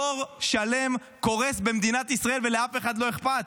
דור שלם קורס במדינת ישראל ולאף אחד לא אכפת.